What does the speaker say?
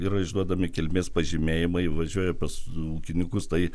yra išduodami kilmės pažymėjimai važiuoja pas ūkininkus tai